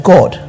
God